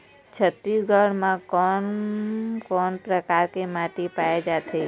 छत्तीसगढ़ म कोन कौन प्रकार के माटी पाए जाथे?